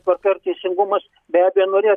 tvarka ir teisingumas be abejo norėjo